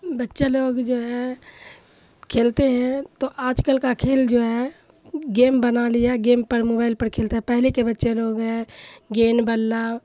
بچہ لوگ جو ہے کھیلتے ہیں تو آج کل کا کھیل جو ہے گیم بنا لیا گیم پر موبائل پر کھیلتا ہے پہلے کے بچے لوگ ہے گین بلا